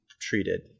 treated